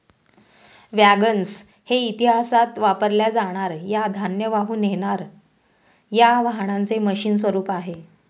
wagons हे इतिहासात वापरल्या जाणार या धान्य वाहून नेणार या वाहनांचे मशीन स्वरूप आहे